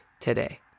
today